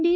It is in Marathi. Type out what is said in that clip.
डी